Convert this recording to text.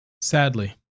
Sadly